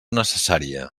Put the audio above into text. necessària